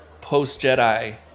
post-Jedi